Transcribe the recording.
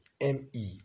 M-E